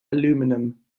aluminum